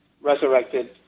resurrected